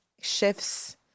shifts